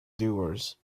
doers